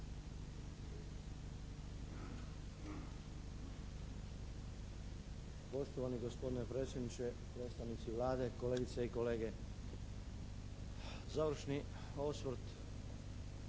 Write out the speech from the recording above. Poštovani gospodine predsjedniče, predstavnici Vlade, kolegice i kolege. Završni osvrt